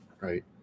right